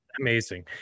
Amazing